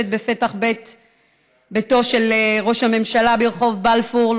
בפתח ביתו של ראש הממשלה ברחוב בלפור,